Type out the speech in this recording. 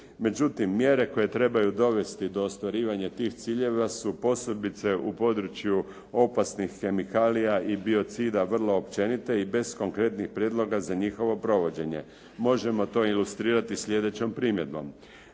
Međutim mjere koje trebaju dovesti do ostvarivanja tih ciljeva su posebice u području opasnih kemikalija i biocida vrlo općenite i bez konkretnih prijedloga za njihovo provođenje. Možemo to ilustrirati sljedećom primjedbom.